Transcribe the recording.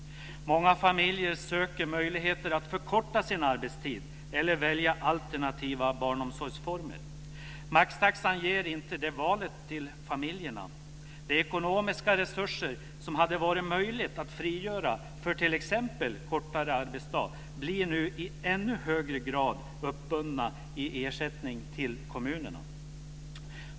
Många familjer söker möjligheter att förkorta sin arbetstid eller välja alternativa barnomsorgsformer. Maxtaxan ger inte det valet till familjerna. De ekonomiska resurser som det hade varit möjligt att frigöra för t.ex. kortare arbetsdag, blir nu i ännu högre grad uppbundna i ersättning till kommunerna.